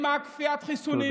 עם כפיית חיסונים.